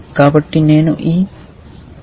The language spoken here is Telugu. కాబట్టి నేను ఈ తయారీని ఉపయోగిస్తాను